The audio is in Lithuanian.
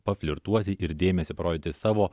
paflirtuoti ir dėmesį parodyti savo